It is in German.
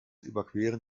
überqueren